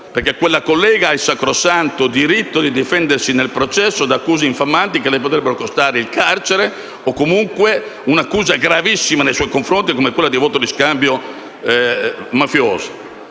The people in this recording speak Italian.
perché la collega Greco ha il sacrosanto diritto di difendersi nel processo da accuse infamanti che le potrebbero costare il carcere o, comunque, una accusa gravissima nei suoi confronti come quella di voto di scambio mafioso.